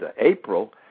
April